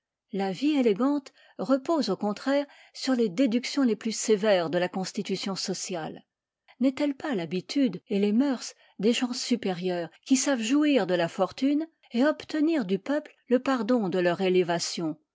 la vie élégante repose au contraire sur les déductions les plus sévères de la constitution sociale n'estelle pas l'habitude et les mœurs des gens supérieurs qui savent jouir de la fortune et obtenir du peuple le pardon de leur élévation